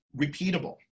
repeatable